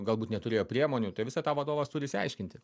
galbūt neturėjo priemonių tai visą tą vadovas turi išsiaiškinti